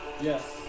Yes